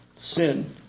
sin